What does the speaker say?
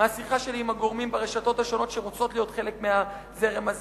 מהשיחה שלי עם הגורמים ברשתות השונות שרוצות להיות חלק מהזרם הזה,